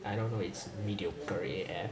I don't know it's mediocre A_F